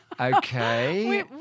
okay